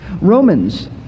Romans